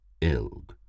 Ilg